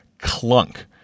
clunk